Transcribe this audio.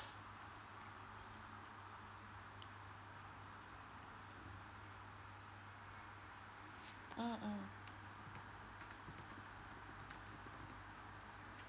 mm mm